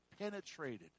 penetrated